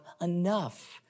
enough